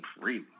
free